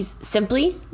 simply